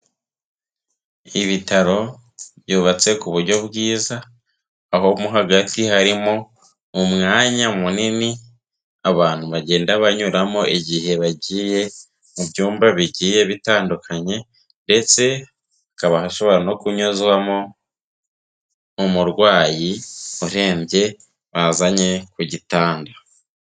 Ibitaro byubatse ku buryo bwiza, aho mo hagati harimo umwanya munini abantu bagenda banyuramo igihe bagiye mu byumba bigiye bitandukanye ndetse hakaba hashobora no kunyuzwamo umurwayi urembye bazanye ku gitanda.